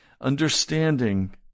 understanding